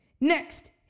Next